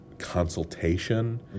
consultation